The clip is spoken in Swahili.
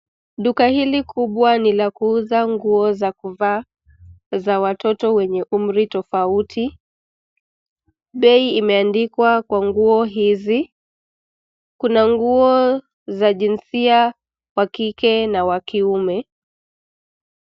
Duka hili kubwa ni la kuuza nguo za kuvaa, za watoto wenye umri tofauti. Bei imeandikwa kwa nguo hizi. Kuna nguo za jinsia wa kike na wa kiume.